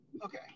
Okay